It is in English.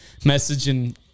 messaging